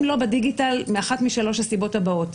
לא בדיגיטל מאחת משלוש הסיבות הבאות,